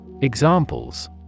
Examples